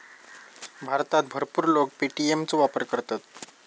भारतात भरपूर लोक पे.टी.एम चो वापर करतत